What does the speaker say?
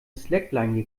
slackline